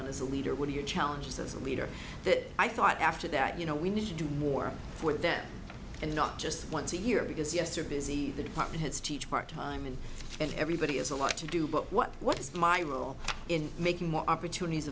as a leader what are your challenges as a leader that i thought after that you know we need to do more for them and not just once a year because yes are busy the department heads teach part time and and everybody has a lot to do but what what is my role in making more opportunities